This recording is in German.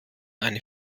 eine